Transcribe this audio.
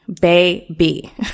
baby